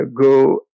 go